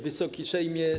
Wysoki Sejmie!